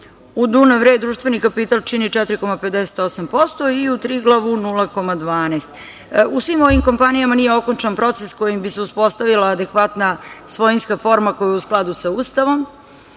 U „Dunav Re“ društveni kapital čini 4,58% i u „Triglavu“ 0,12. U svim ovim kompanijama nije okončan proces kojim bi se uspostavila adekvatna svojinska forma koja je u skladu sa Ustavom,